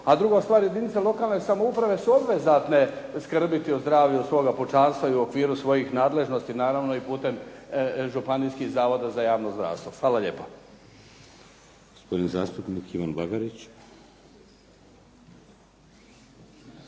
A druga stvar, jedinice lokalne samouprave su obvezatne skrbiti o zdravlju svoga pučanstva i u okviru svojih nadležnosti, naravno i putem županijskih zavoda za javno zdravstvo. Hvala lijepo. **Šeks, Vladimir (HDZ)** Gospodin zastupnik Ivan Bagarić.